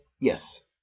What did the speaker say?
yes